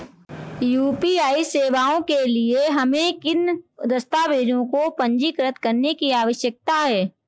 UPI सेवाओं के लिए हमें किन दस्तावेज़ों को पंजीकृत करने की आवश्यकता है?